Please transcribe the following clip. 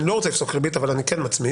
לא רוצה לפסוק ריבית אבל הוא כן מצמיד.